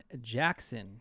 Jackson